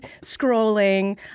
scrolling